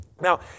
Now